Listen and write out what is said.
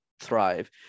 thrive